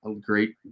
Great